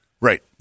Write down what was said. Right